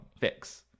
fix